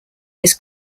his